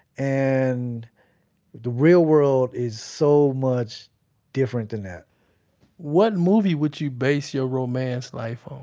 and the real world is so much different than that what movie would you base your romance life on?